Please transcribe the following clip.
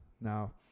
Now